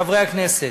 חברי הכנסת,